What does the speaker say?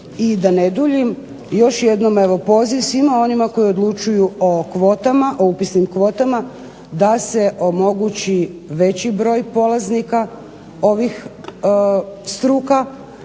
I da ne duljim, još jednom poziv svima onima koji odlučuju o upisnim kvotama da se omogući veći broj polaznika ovih struka